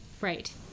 right